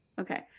Okay